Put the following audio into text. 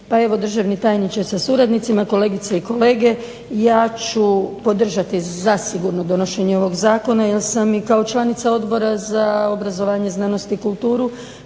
Državni tajniče sa suradnicima, kolegice i kolege. Ja ću podržati zasigurno donošenje ovog zakona, jer sam i kao članica Odbora za obrazovanje, znanost i kulturu